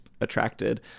attracted